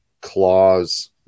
clause